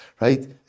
right